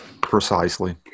precisely